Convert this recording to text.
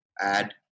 add